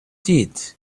did